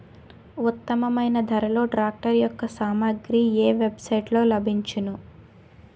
ఉత్తమమైన ధరలో ట్రాక్టర్ యెక్క సామాగ్రి ఏ వెబ్ సైట్ లో లభించును?